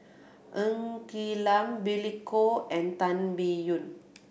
Ng Quee Lam Billy Koh and Tan Biyun